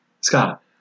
Scott